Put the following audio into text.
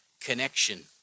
connection